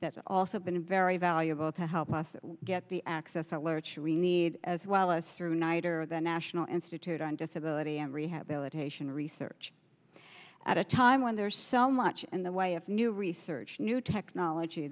that's also been very valuable to help us get the access to literature we need as well as through nighter of the national institute on disability and rehabilitation research at a time when there's so much in the way of new research new technology